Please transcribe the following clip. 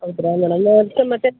ಹೌದ್ರಾ ಮೇಡಮ್ ಮತ್ತೆ